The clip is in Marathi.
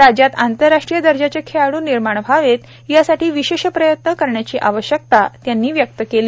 राज्यात आंतरराष्ट्रीय दर्जाचे खेळाडू निर्माण व्हावेत यासाठी विशेष प्रयत्न करण्याची आवश्यकता त्यांनी व्यक्त केली